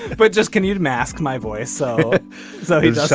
but just can you mask my voice so so he doesn't